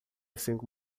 cinco